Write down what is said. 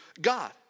God